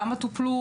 כמה טופלו.